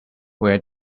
where